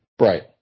Right